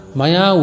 maya